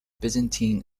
byzantine